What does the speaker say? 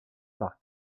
par